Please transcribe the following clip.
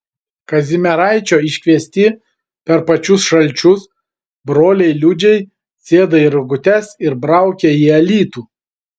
kazimieraičio iškviesti per pačius šalčius broliai liudžiai sėda į rogutes ir braukia į alytų